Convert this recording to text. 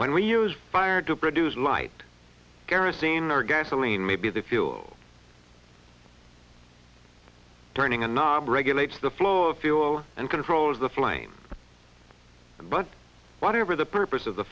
when we use fire to produce light kerosene or gasoline maybe the fuel turning a knob regulates the flow of fuel and controls the flame but whatever the purpose of the